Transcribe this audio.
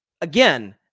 again